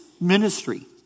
ministry